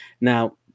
Now